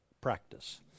practice